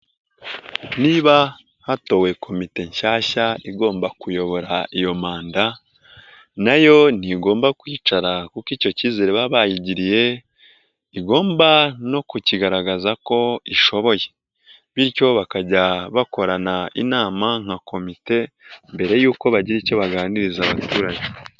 Niba hatowe komite nshyashya igomba kuyobora iyo manda na yo ntigomba kwicara kuko icyo cyizere baba bayigiriye igomba no kukigaragaza ko ishoboye bityo bakajya bakorana inama nka komite mbere y'uko bagira icyo baganiriza abaturage.